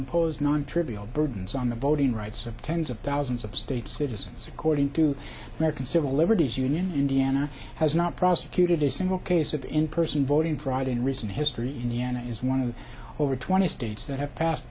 impose non trivial burdens on the voting rights of tens of thousands of state citizens according to american civil liberties union indiana has not prosecuted his single case of in person voting fraud in recent history indiana is one of over twenty states that have passed